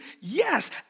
Yes